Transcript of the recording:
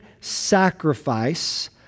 sacrifice